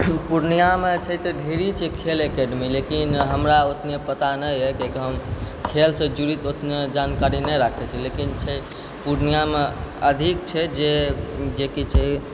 पूर्णियामे छै तऽ ढेरी छै खेल एकेडमी लेकिन हमरा ओतने पता नहि अइ कियाकि हम खेलसँ जुड़ित ओतने जानकारी नहि राखै छी लेकिन छै पूर्णियामे अधिक छै जे जेकि छै